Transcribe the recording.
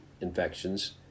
infections